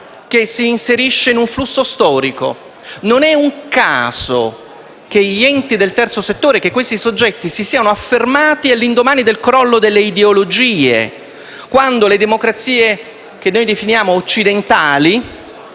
Non è un caso che gli enti del terzo settore si siano affermati all'indomani del crollo delle ideologie, quando le democrazie che definiamo occidentali